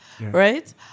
right